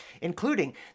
including